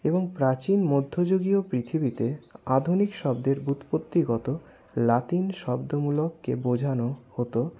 এবং প্রাচীন মধ্যযুগীয় পৃথিবীতে আধুনিক শব্দের ব্যুৎপত্তিগত লাতিন শব্দমূলককে বোঝানো হতো